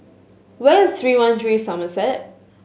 where is Three One Three Somerset